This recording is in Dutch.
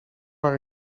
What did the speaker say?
maar